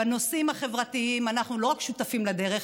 בנושאים החברתיים אנחנו לא רק שותפים לדרך,